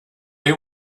they